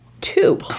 Two